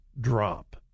drop